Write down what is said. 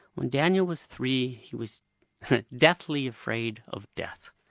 when daniel was three he was deathly afraid of death.